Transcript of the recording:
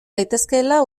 daitezkeela